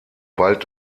bald